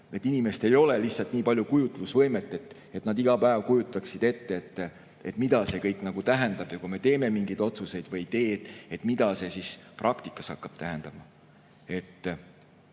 Inimestel ei ole lihtsalt nii palju kujutlusvõimet, et nad iga päev kujutaksid ette, mida see kõik tähendab, ja kui me teeme mingeid otsuseid või ei tee, mida see siis praktikas hakkab tähendama.